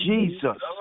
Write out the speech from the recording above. Jesus